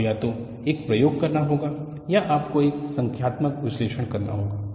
आपको या तो एक प्रयोग करना होगा या आपको एक संख्यात्मक विश्लेषण करना होगा